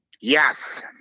Yes